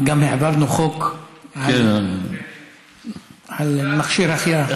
גם העברנו חוק על מכשיר החייאה.